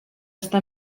està